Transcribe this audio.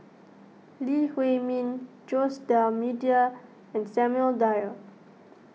Lee Huei Min Jose D'Almeida and Samuel Dyer